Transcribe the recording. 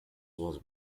was